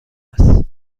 است